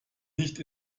nicht